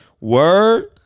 word